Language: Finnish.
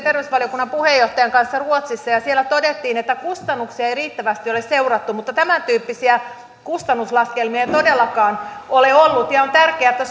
terveysvaliokunnan puheenjohtajan kanssa ruotsissa ja siellä todettiin että kustannuksia ei riittävästi ole seurattu mutta tämän tyyppisiä kustannuslaskelmia ei todellakaan ole ollut on tärkeää että